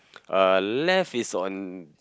uh left is on